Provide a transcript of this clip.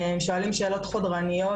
שואלים שאלות חודרניות,